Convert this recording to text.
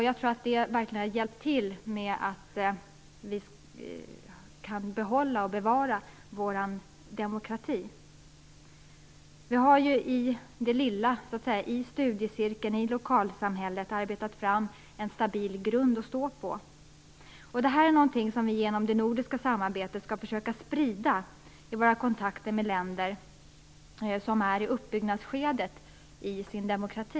Jag tror att den verkligen har hjälpt till att behålla och bevara vår demokrati. I det lilla - i studiecirkeln, i lokalsamhället - har vi arbetat fram en stabil grund att stå på. Detta är någonting som vi genom det nordiska samarbetet skall försöka sprida i våra kontakter med länder som är i uppbyggnadsskedet av sin demokrati.